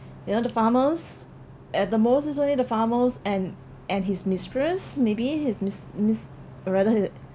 you know the farmers at the most it's only the farmers and and his mistress maybe his miss miss rather